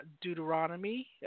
Deuteronomy